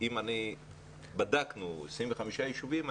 בדקנו 25 יישובים,